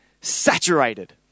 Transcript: saturated